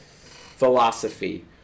philosophy